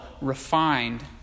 refined